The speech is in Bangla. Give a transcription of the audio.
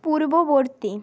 পূর্ববর্তী